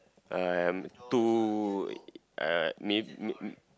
um two uh